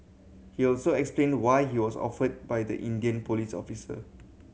he also explained why he was offended by the Indian police officer